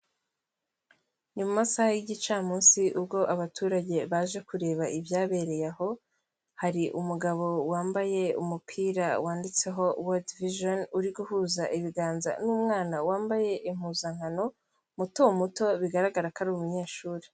Ni mu masaha y'igicamunsi, ubwo abaturage baje kureba ibyabereye aho, hari umugabo wambaye umupira wanditseho WORLD VISION uri guhuza ibiganza n'umwana wambaye impuzankano, muto muto bigaragara ko ari umunyeshuri.